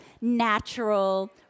natural